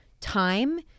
time